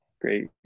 great